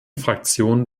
fraktionen